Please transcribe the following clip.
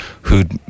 who'd